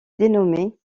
dénommé